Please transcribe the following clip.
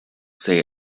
say